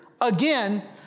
Again